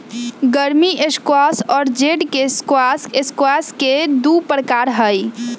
गर्मी स्क्वाश और जेड के स्क्वाश स्क्वाश के दु प्रकार हई